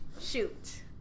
Shoot